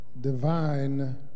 divine